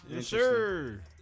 Sure